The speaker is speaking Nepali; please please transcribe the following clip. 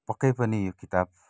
पक्कै पनि यो किताब